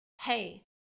hey